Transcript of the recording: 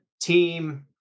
team